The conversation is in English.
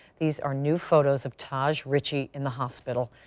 these are new photos of taj richey in the hospital.